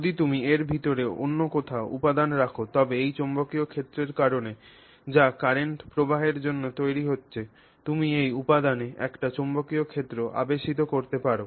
যদি তুমি এর ভিতরে অন্য কোনও উপাদান রাখ তবে এই চৌম্বকীয় ক্ষেত্রের কারণে যা কারেন্ট প্রবাহের জন্য তৈরি হচ্ছে তুমি এই উপাদানে একটি চৌম্বকীয় ক্ষেত্র আবেশিত করতে পার